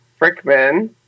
Frickman